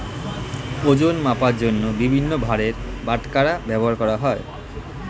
ওজন মাপার জন্য বিভিন্ন ভারের বাটখারা ব্যবহার করা হয়